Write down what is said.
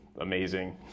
amazing